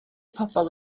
pobol